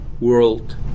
world